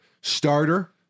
starter